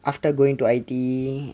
after going to I_T_E